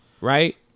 Right